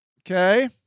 Okay